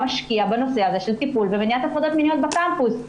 משקיע בטיפול במניעת הטרדות מיניות בקמפוס.